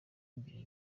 imbere